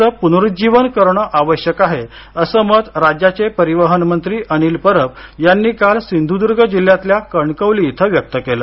चं पुनरुज्जीवन करणं आवश्यक आहे असं मत राज्याचे परिवहन मंत्री अनिल परब यांनी काल सिंधुद्र्ग जिल्ह्यातल्या कणकवली इथ व्यक्त केलं